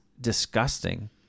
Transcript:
disgusting